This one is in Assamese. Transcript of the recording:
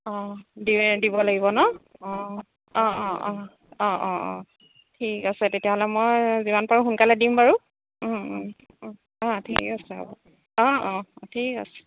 অঁ দিনে দিব লাগিব ন অঁ অঁ অঁ অঁ অঁ অঁ অঁ ঠিক আছে তেতিয়াহ'লে মই যিমান পাৰোঁ সোনকালে দিম বাৰু অঁ ঠিক আছে হ'ব অঁ অঁ ঠিক আছে